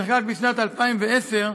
אשר נחקק בשנת 2010,